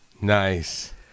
Nice